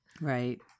Right